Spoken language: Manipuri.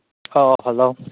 how hello